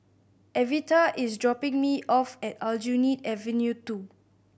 Evita is dropping me off at Aljunied Avenue Two